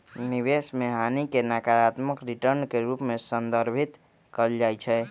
निवेश में हानि के नकारात्मक रिटर्न के रूप में संदर्भित कएल जाइ छइ